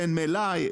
אין מלאי,